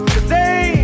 Today